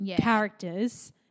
characters